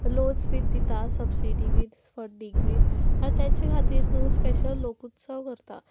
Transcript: loans बीन दिता subsidies बीन फंडींग बीन आनी तेंच्या खातीर न्हू स्पेशल लोकउत्सव करता